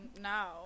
now